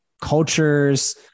cultures